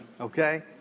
okay